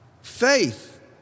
faith